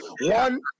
One